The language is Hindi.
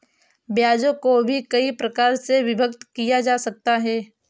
ब्याजों को भी कई प्रकार से विभक्त किया जा सकता है